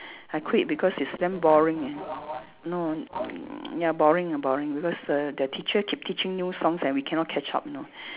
I quit because it's damn boring ah no ya boring ah boring because the the teacher keep teaching new songs and we cannot catch up you know